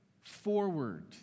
forward